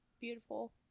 Beautiful